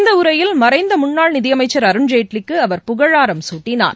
இந்த உரையில் மறைந்த முன்னாள் நிதியமைச்சர் அருண் ஜேட்லிக்கு அவர் புகழாரம் சூட்டினார்